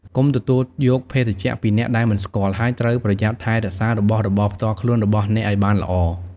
កុំទទួលយកភេសជ្ជៈពីអ្នកដែលមិនស្គាល់ ហើយត្រូវ ប្រយ័ត្នថែរក្សារបស់របរផ្ទាល់ខ្លួន របស់អ្នកឲ្យបានល្អ។